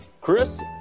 Chris